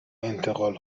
انتقال